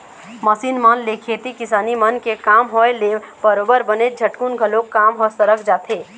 machine मन ले खेती किसानी मन के काम होय ले बरोबर बनेच झटकुन घलोक काम ह सरक जाथे